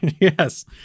Yes